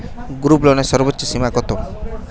গ্রুপলোনের সর্বোচ্চ সীমা কত?